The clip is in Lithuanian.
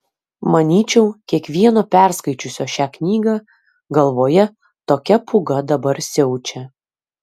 manyčiau kiekvieno perskaičiusio šią knygą galvoje tokia pūga dabar siaučia